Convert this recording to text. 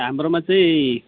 हाम्रोमा चाहिँ